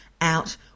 out